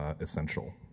essential